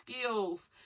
skills